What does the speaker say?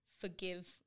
forgive